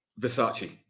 Versace